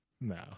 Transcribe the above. no